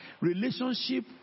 Relationship